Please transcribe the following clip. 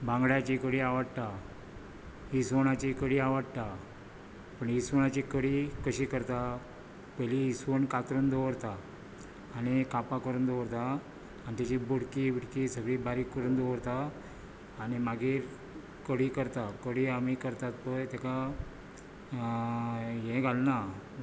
बांगड्याची कडी आवडटा इस्वणाची कडी आवडटा पूण इस्वणाची कडी कशी करता पयली इस्वण कातरून दवरता आनी कापां करून दवरता आनी तेजी बोडकी बिडकी सगळीं बारीक करून दवरता आनी मागीर कडी करता कडी आमी करतात पळय ताका हें घालना